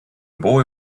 boy